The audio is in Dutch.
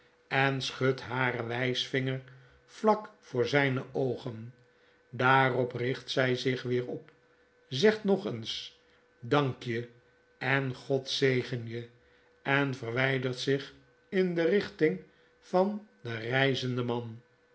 en schudt haren wysvinger vlak voor zijne oogen daarop richt zij zich weer op zegt nog eens dank je en god zegen je en verwijdert zich in de richting van de reizende man